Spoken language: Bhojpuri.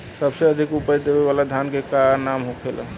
सबसे अधिक उपज देवे वाला धान के का नाम होखे ला?